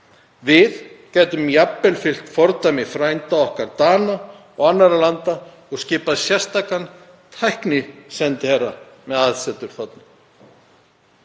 Við gætum jafnvel fylgt fordæmi frænda okkar Dana og annarra landa og skipað sérstakan tæknisendiherra með aðsetur þarna.